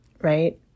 Right